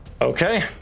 Okay